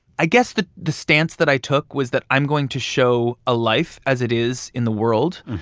i guess the the stance that i took was that i'm going to show a life as it is in the world.